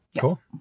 Cool